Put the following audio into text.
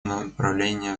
направления